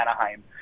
Anaheim